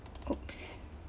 !oops!